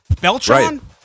Beltran